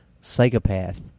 psychopath